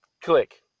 click